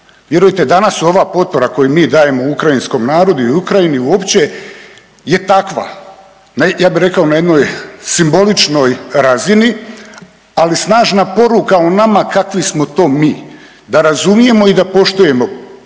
Vjerujte danas ova potpora koju mi dajemo ukrajinskom narodu i Ukrajini uopće je takva. Ja bih rekao na jednoj simboličnoj razini, ali snažna poruka o nama kakvi smo to mi, da razumijemo i da poštujemo